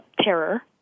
terror